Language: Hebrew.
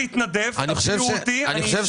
אני מוכן